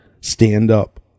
stand-up